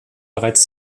bereits